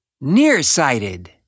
nearsighted